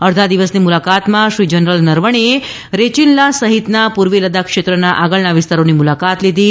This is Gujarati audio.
અડધા દિવસની મુલાકાતમાં શ્રી જનરલ નરવણેએ રેચીન લાં સહિતના પૂર્વી લદ્દાખ ક્ષેત્રનાં આગળના વિસ્તારો ની મુલાકાત લીધી હતી